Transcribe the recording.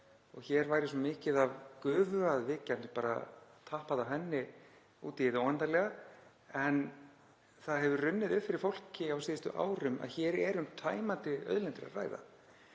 og hér væri svo mikið af gufu að við gætum bara tappað af henni út í hið óendanlega. En það hefur runnið upp fyrir fólki á síðustu árum að hér er um tæmandi auðlindir að ræða